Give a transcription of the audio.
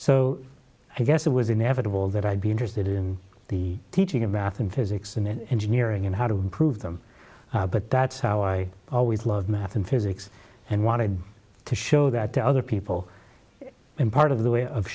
so i guess it was inevitable that i'd be interested in the teaching about and physics and engineering and how to prove them but that's how i always loved math and physics and wanted to show that to other people and part of the way of